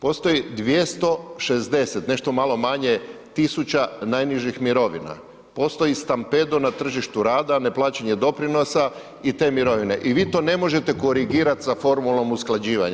Postoji 260 nešto malo manje tisuća najnižih mirovina, postoji stampedo na tržištu rada, neplaćanje doprinosa i te mirovine i to vi ne možete korigirati sa formulom usklađivanje.